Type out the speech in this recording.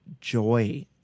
joy